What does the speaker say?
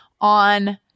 on